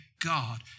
God